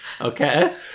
Okay